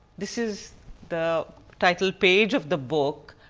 this is the title page of the book,